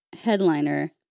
headliner